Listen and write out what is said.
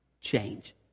change